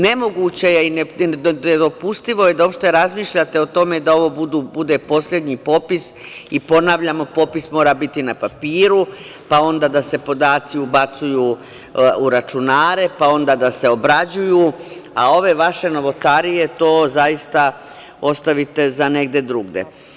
Nemoguće je i nedopustivo je da uopšte razmišljate o tome da ovo bude poslednji popis, a popis mora biti na papiru, pa da se onda podaci ubacuju u računare, onda da se obrađuju, a ove vaše novotarije, to ostavite za negde drugde.